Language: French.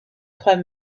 trois